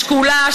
שקולה,